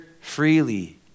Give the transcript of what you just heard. freely